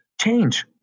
change